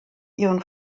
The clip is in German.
ihren